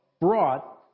brought